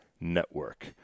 Network